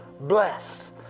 blessed